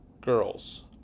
girls